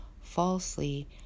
falsely